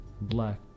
black